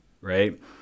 right